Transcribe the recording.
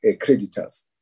creditors